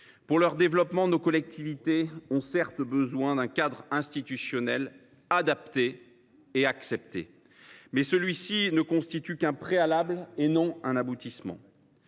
Pour leur développement, nos collectivités ont certes besoin d’un cadre institutionnel adapté et accepté. Mais cela ne constitue qu’un préalable et non un aboutissement.